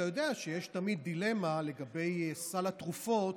אתה יודע שיש תמיד דילמה לגבי סל התרופות,